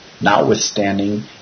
notwithstanding